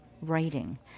writing